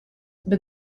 but